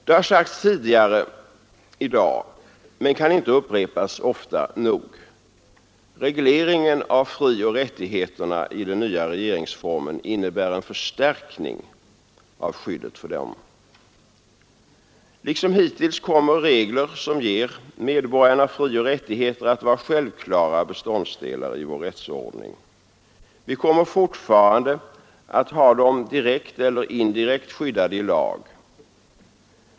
Det har sagts tidigare i dag men kan inte upprepas ofta nog: regleringen av frioch rättigheterna i den nya regeringsformen innebär en förstärkning av skyddet för dem. Liksom hittills kommer regler som ger medborgarna frioch rättigheter att vara självklara beståndsdelar i vår rättsordning. Vi kommer fortfarande att ha dem direkt eller indirekt skyddade i lag.